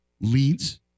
leads